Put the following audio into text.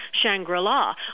Shangri-La